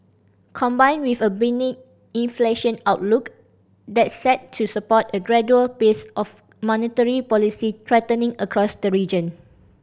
combined with a benign inflation outlook that's set to support a gradual pace of monetary policy tightening across the region